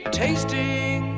tasting